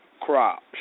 crops